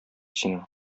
синең